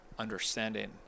Understanding